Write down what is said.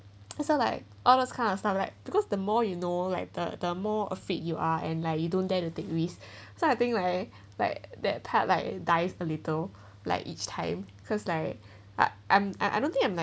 that's all like all those kind of stuff right because the more you know like the the more afraid you are and like you don't dare to take risk so I think like like that part like dies a little like each time cause like I I'm I don't think I'm like